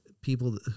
people